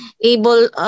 able